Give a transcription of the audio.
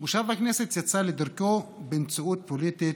מושב הכנסת יצא לדרכו במציאות פוליטית,